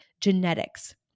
genetics